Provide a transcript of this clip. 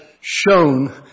shown